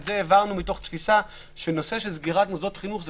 את זה העברנו מתוך תפיסה שנושא של סגירת מוסדות חינוך זה